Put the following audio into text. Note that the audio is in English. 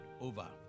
over